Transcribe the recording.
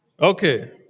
Okay